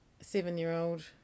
seven-year-old